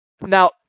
Now